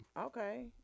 Okay